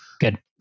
Good